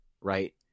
right